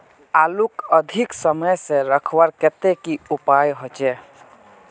आलूक अधिक समय से रखवार केते की उपाय होचे?